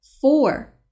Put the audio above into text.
Four